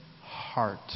heart